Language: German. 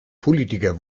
politiker